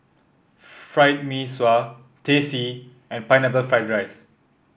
Fried Mee Sua Teh C and Pineapple Fried Rice